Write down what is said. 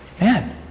man